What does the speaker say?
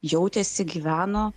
jautėsi gyveno